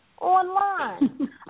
online